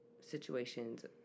situations